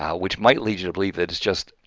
which might lead you to believe that it's just,